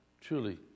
truly